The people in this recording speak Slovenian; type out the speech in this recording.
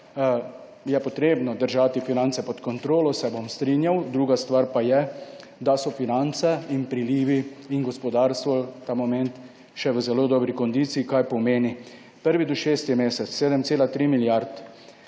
je potrebno držati finance pod kontrolo, se bom strinjal. Druga stvar pa je, da so finance in prilivi in gospodarstvo ta moment še v zelo dobri kondiciji, kar pomeni, prvi do šest je mesec 7,3 milijard